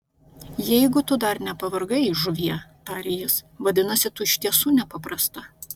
jeigu tu dar nepavargai žuvie tarė jis vadinasi tu iš tiesų nepaprasta